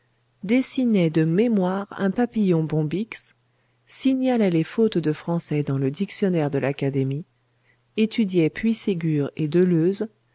dessinait de mémoire un papillon bombyx signalait les fautes de français dans le dictionnaire de l'académie étudiait puységur et deleuze